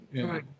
Right